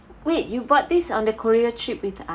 wait you bought this on the korea trip with us